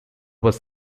was